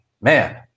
man